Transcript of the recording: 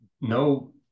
No